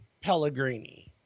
Pellegrini